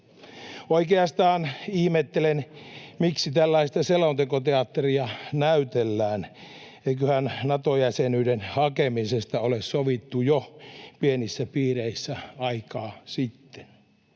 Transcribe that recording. Oikeastaan ihmettelen, miksi tällaista selontekoteatteria näytellään. Eiköhän Nato-jäsenyyden hakemisesta ole sovittu jo pienissä piireissä aikaa sitten